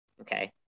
Okay